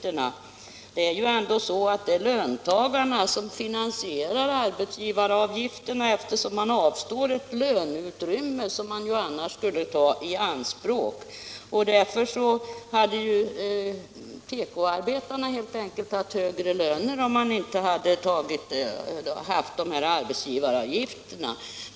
Men det är ju ändå löntagarna som finansierar de avgifterna, eftersom de avstår från att ta i anspråk det löneutrymme som finns. Tekoarbetarna hade med andra ord haft högre löner i dag, om vi inte hade haft systemet med arbetsgivaravgifter.